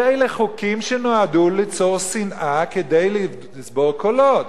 אלה חוקים שנועדו ליצור שנאה כדי לצבור קולות.